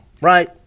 right